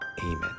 Amen